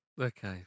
Okay